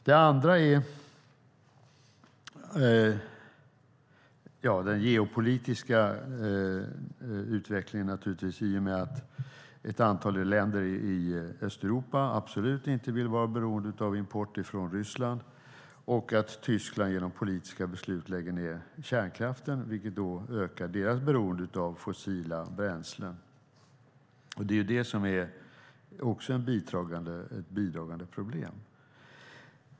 Det andra är den geopolitiska utvecklingen i och med att ett antal länder i Östeuropa absolut inte vill vara beroende av import från Ryssland och att Tyskland genom politiska beslut lägger ned kärnkraften, vilket ökar deras beroende av fossila bränslen. Det är också ett bidragande problem.